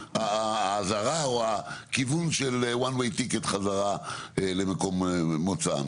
האזהרה או הכיוון של כרטיס בכיוון אחד חזרה לארץ מוצאם.